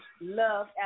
Love